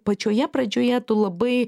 pačioje pradžioje tu labai